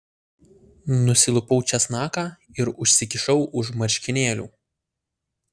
nusilupau česnaką ir užsikišau už marškinėlių